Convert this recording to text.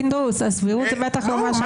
פינדרוס, הסבירות זה בטח לא מה שאתה אומר.